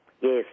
Yes